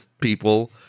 people